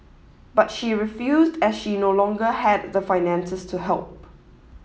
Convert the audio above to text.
but she refused as she no longer had the finances to help